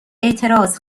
اعتراض